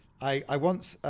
i once,